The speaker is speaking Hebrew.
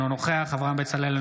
אינו נוכח אברהם בצלאל,